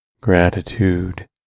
Gratitude